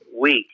week